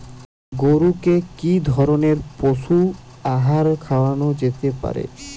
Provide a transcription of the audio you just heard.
গরু কে কি ধরনের পশু আহার খাওয়ানো যেতে পারে?